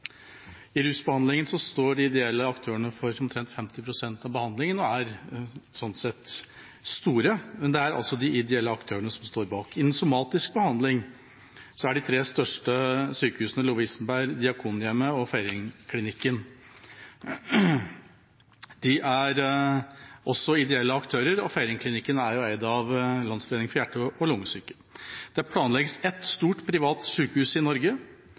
I rusbehandlingen står de ideelle aktørene for omtrent 50 pst. av behandlingene, og er sånn sett store. Det er altså de ideelle aktørene som står bak. I den somatiske behandlingen er de tre største sykehusene Lovisenberg, Diakonhjemmet og Feiringklinikken. De er også ideelle aktører, og Feiringklinikken er eid av Landsforeningen for hjerte- og lungesyke. Det planlegges ett stort privat sykehus i Norge.